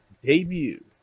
debut